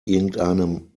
irgendeinem